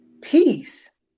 peace